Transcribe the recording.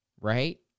right